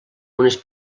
unes